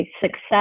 success